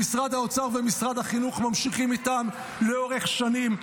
שמשרד האוצר ומשרד החינוך ממשיכים איתה לאורך שנים.